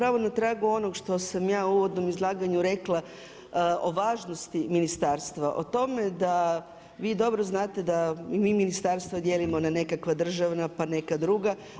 Zapravo na tragu onoga što sam ja u uvodnom izlaganju rekla o važnosti Ministarstva, o tome da vi dobro znate da i mi ministarstva dijelimo na nekakva državna pa neka druga.